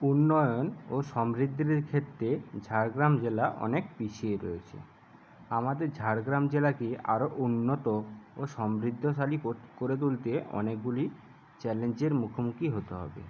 উন্নয়ন ও সমৃদ্ধির ক্ষেত্রে ঝাড়গ্রাম জেলা অনেক পিছিয়ে রয়েছে আমাদের ঝাড়গ্রাম জেলাকে আরও উন্নত ও সমৃদ্ধশালী করে তুলতে অনেকগুলি চ্যালেঞ্জের মুখোমুখি হতে হবে